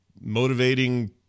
motivating